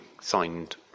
signed